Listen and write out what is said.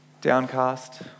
downcast